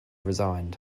resigned